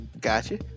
Gotcha